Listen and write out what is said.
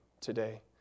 today